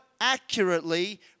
accurately